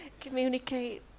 communicate